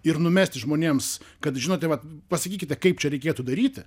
ir numesti žmonėms kad žinote vat pasakykite kaip čia reikėtų daryti